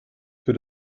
für